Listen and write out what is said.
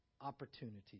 opportunities